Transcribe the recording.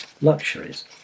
luxuries